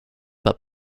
but